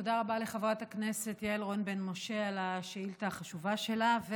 תודה רבה לחברת הכנסת יעל רון בן משה על השאילתה החשובה שלה.